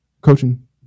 Coaching